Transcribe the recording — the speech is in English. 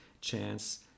chance